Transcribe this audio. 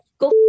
Go